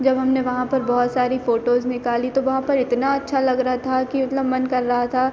जब हमने वहाँ पर बहुत सारी फ़ोटोज़ निकालीं तो वहाँ पर इतना अच्छा लग रहा था कि मतलब मन कर रहा था